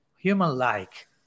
human-like